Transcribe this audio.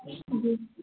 जी